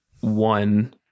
One